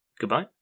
Goodbye